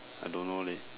I don't know leh